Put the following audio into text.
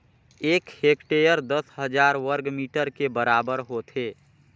एक हेक्टेयर दस हजार वर्ग मीटर के बराबर होथे